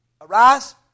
Arise